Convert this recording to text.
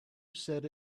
said